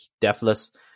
deathless